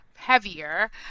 heavier